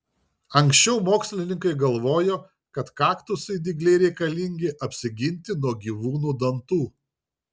anksčiau mokslininkai galvojo kad kaktusui dygliai reikalingi apsiginti nuo gyvūnų dantų